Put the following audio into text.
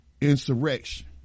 insurrection